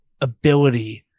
ability